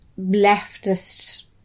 leftist